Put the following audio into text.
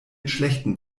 schlechten